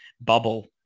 bubble